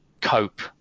cope